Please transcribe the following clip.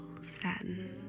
satin